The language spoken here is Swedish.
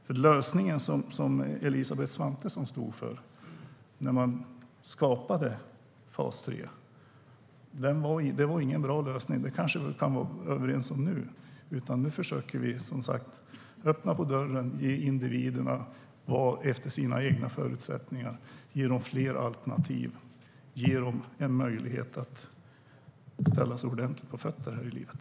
Den lösning som Elisabeth Svantesson stod för när man skapade fas 3 var inte bra. Det kanske vi kan vara överens om. Nu försöker vi som sagt öppna dörren för individerna och ge dem fler alternativ utifrån sina förutsättningar, en möjlighet att komma ordentligt på fötter här i livet.